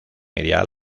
ideal